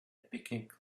picnic